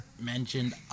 mentioned